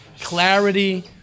clarity